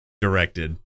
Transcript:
directed